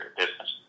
business